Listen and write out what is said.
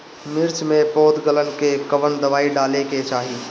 मिर्च मे पौध गलन के कवन दवाई डाले के चाही?